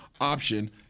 option